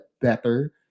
better